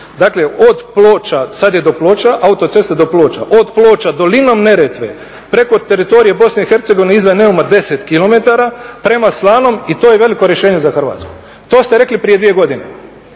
dakle od Ploča, sada je do Ploča autoceste do Ploča, od Ploča dolinom Neretve preko teritorija Bosne i Hercegovine iza Neuma 10km, prema Slanom i to je veliko rješenje za Hrvatsku. To ste rekli prije dvije godine.